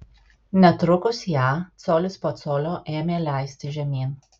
netrukus ją colis po colio ėmė leisti žemyn